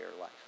life